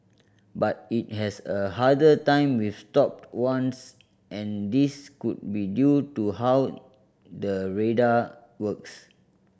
but it has a harder time with stopped ones and this could be due to how the radar works